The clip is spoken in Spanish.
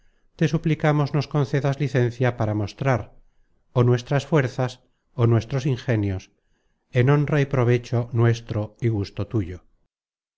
te suplicamos nos concedas licencia para mostrar ó nuestras fuerzas ó nuestros ingenios en honra y provecho nuestro y gusto tuyo